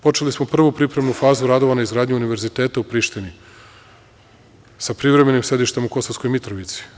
Počeli smo prvu pripremnu fazu radova na izgradnji univerziteta u Prištini sa privremenim sedištem u Kosovskoj Mitrovici.